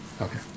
okay